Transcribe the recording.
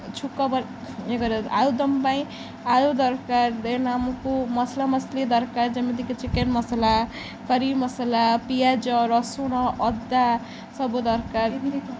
ଛୁଙ୍କ ବର ଇଏ କରିବା ଆଳୁଦମ୍ ପାଇଁ ଆଳୁ ଦରକାର ଦେନ୍ ଆମକୁ ମସଲା ମସଲି ଦରକାର ଯେମିତିକି ଚିକେନ୍ ମସଲା କରୀ ମସଲା ପିଆଜ ରସୁଣ ଅଦା ସବୁ ଦରକାର